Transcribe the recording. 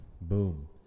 Boom